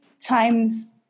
times